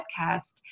podcast